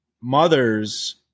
mothers